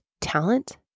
talent